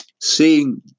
seeing